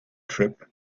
trip